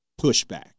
pushback